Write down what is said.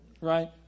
Right